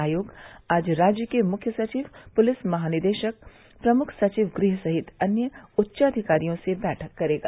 आयोग आज राज्य के मुख्य सचिव पुलिस महानिदेशक प्रमुख सचिव गृह सहित अन्य उच्चाधिकारियों से बैठक करेगा